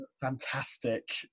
fantastic